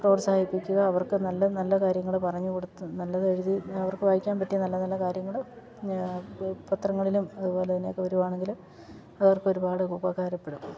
പ്രോത്സാഹിപ്പിക്കുക അവർക്ക് നല്ല നല്ല കാര്യങ്ങൾ പറഞ്ഞു കൊടുത്ത് നല്ലത് എഴുതി അവർക്ക് വായിക്കാൻ പറ്റിയ നല്ല നല്ല കാര്യങ്ങൾ പത്രങ്ങളിലും അതുപോലെ തന്നെയൊക്കെ വരികയാണെങ്കിൽ അതവർക്ക് ഒരുപാട് ഉപകാരപ്പെടും